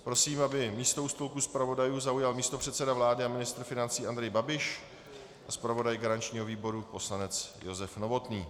Prosím, aby místo u stolku zpravodajů zaujal místopředseda vlády a ministr financí Andrej Babiš a zpravodaj garančního výboru poslanec Josef Novotný.